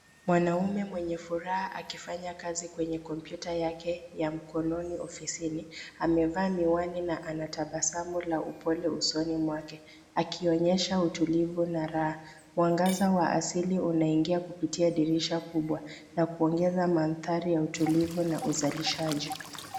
Mwanaume mwenye furaha akifanya kazi kwenye kompyuta yake ya mkononi ofisini, amevaa miwani na anatabasamu la upole usoni mwake akionyesha utulivu na raha. Mwangaza wa asili unaingia kupitia dirisha kubwa na kuongeza mandhari ya utulivu na uzalishaji.